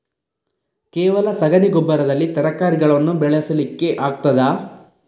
ಕೇವಲ ಸಗಣಿ ಗೊಬ್ಬರದಲ್ಲಿ ತರಕಾರಿಗಳನ್ನು ಬೆಳೆಸಲಿಕ್ಕೆ ಆಗ್ತದಾ?